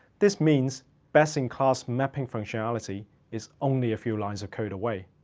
this means best in class mapping functionality is only a few lines of code away.